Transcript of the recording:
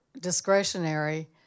discretionary